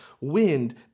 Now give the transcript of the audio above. wind